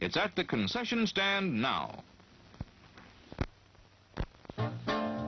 it's at the concession stand now